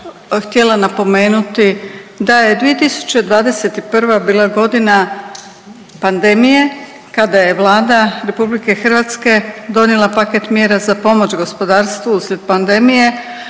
htjela napomenuti da je 2021. bila godina pandemije kada je Vlada RH donijela paket mjera za pomoć gospodarstvu uslijed pandemije